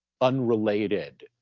unrelated